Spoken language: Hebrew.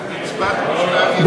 להביע אי-אמון בממשלה לא נתקבלה.